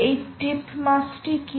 এই টিপ মাস কি